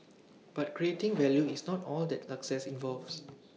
but creating value is not all that success involves